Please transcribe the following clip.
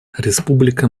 республика